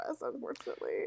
unfortunately